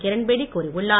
கிரண்பேடி கூறியுள்ளார்